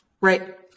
Right